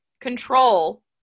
control